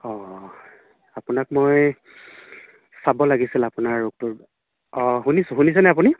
অঁ আপোনাক মই চাব লাগিছিল আপোনাৰ ৰূপটোৰ অঁ শুনিছোঁ শুনিছেনে আপুনি